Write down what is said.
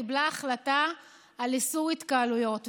קיבלה החלטה על איסור התקהלויות.